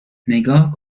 نگاه